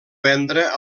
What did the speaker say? vendre